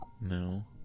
no